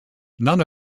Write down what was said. none